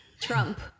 Trump